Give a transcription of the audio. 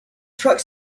truck